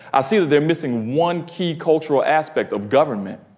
i see that they're missing one key cultural aspect of government.